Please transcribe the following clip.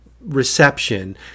reception